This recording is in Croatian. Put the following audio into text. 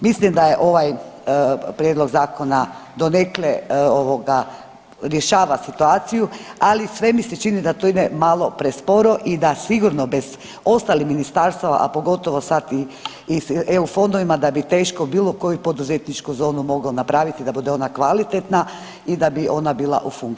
Mislim da je ovaj Prijedlog zakona donekle ovoga, rješava situaciju, ali sve mi se čini da to ide malo presporo i da sigurno već ostalih ministarstava, a pogotovo sad i EU fondova, da bi teško bilo koju poduzetničku zonu mogao napraviti da bude ona kvalitetna i da bi ona bila u funkciji.